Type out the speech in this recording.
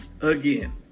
again